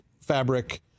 fabric